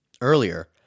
Earlier